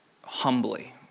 humbly